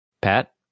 Pat